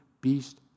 beast